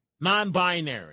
non-binary